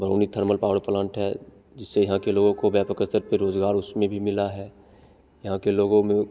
Barauni thermal power plant है जिससे यहाँ के लोग को व्यापक स्तर पर रोज़गार उसमें भी मिला है यहाँ के लोगों में